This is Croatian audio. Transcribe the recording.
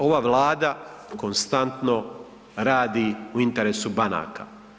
Ova Vlada konstantno radi u interesu banaka.